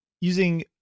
using